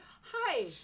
Hi